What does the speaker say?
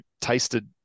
tasted